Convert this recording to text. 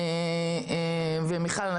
ומיכל,